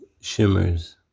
shimmers